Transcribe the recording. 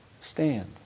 stand